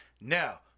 Now